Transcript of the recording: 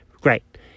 Great